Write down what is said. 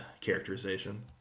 characterization